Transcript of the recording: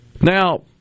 Now